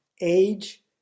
age